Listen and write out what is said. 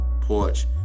Porch